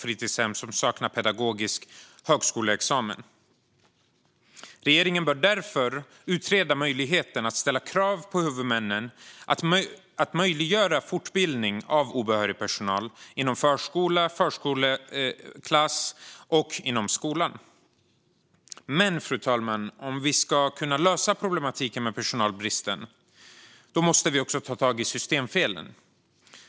Regeringen bör därför utreda möjligheten att ställa krav på huvudmännen att möjliggöra fortbildning av obehörig personal inom förskola, förskoleklass och skola. Men, fru talman, om vi ska kunna lösa problematiken med personalbristen måste vi också ta tag i systemfelen.